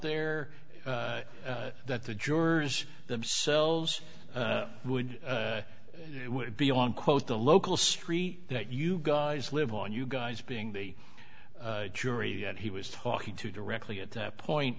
there that the jurors themselves would be on quote the local street that you guys live on you guys being the jury and he was talking to directly at that point